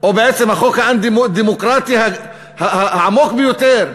הוא בעצם החוק האנטי-דמוקרטי העמוק ביותר,